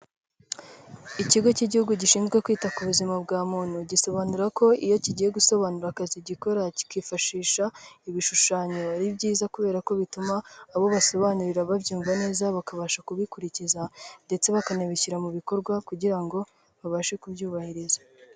Ikigo cy'igihugu gishinzwe kwita ku buzima bwa muntu, gisobanura ko iyo kigiye gusobanura akazi gikora, kikifashisha ibishushanyo ari byiza kubera ko bituma abo basobanurira babyumva neza, bakabasha kubikurikiza ndetse bakanabishyira mu bikorwa kugira ngo babashe kubyubahiriza.